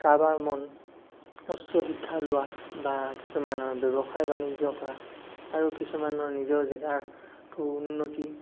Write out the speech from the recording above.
কাৰোবাৰ মন উচ্চ শিক্ষা লোৱা বা কিছুমানৰ ব্যৱসায় বাণিজ্য কৰা আৰু কিছুমানৰ নিজৰ জেগাৰটোৰ উন্নতি